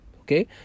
okay